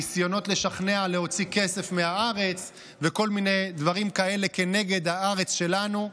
ניסיונות לשכנע להוציא כסף מהארץ וכל מיני דברים כאלה כנגד הארץ שלנו,